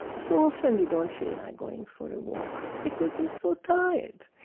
so often you don't feel like going for a walk, because we're so tired,